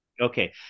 Okay